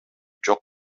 жок